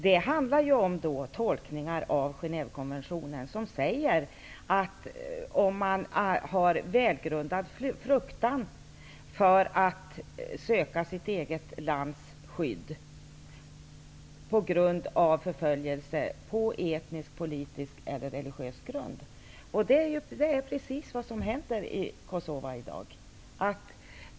Det handlar om tolkningar av Genèvekonventionen, där det talas om den som har välgrundad fruktan för att söka sitt eget lands skydd, på grund av förföljelse, på etnisk, politisk eller religiös grund. Det är precis vad som händer i Kosova i dag.